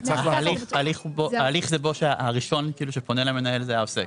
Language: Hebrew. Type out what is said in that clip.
ההליך זה בו שהראשון שפונה למנהל זה העוסק.